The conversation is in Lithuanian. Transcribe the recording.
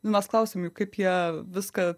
nu mes klausiam jų kaip jie viską